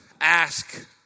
Ask